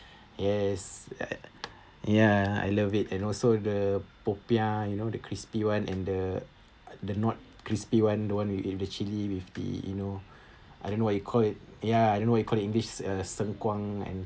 yes ya I love it and also the popiah you know the crispy one and the the not crispy one the one you eat with the chilli with the you know I don't what you call it ya I don't know you call english uh sengkuang and